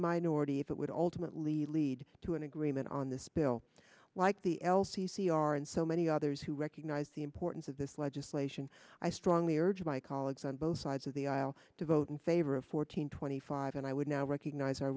minority that would ultimately lead to an agreement on this bill like the l c c are in so many others who recognize the importance of this legislation i strongly urge my colleagues on both sides of the aisle to vote in favor of fourteen twenty five and i would now recognize our